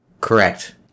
Correct